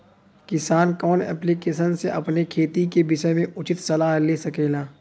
किसान कवन ऐप्लिकेशन से अपने खेती के विषय मे उचित सलाह ले सकेला?